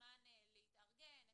הזמן להתארגן,